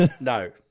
No